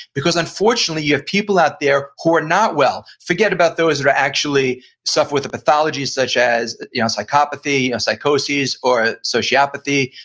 because unfortunately you have people out there who are not well. forget about those who actually suffer with a pathology such as you know psychopathy, psychosis, or sociopathy,